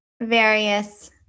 various